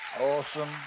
Awesome